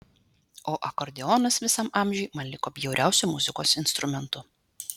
o akordeonas visam amžiui man liko bjauriausiu muzikos instrumentu